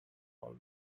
all